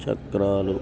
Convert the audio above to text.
చక్రాలు